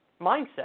mindset